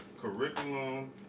curriculum